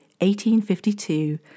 1852